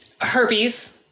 Herpes